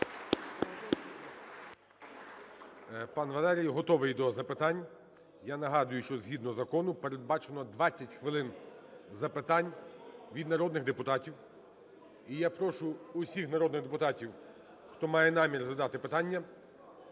Пан Валерій готовий до запитань. Я нагадую, що згідно закону передбачено 20 хвилин запитань від народних депутатів. І я прошу всіх народних депутатів, хто має намір задати питання,